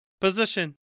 Position